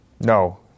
No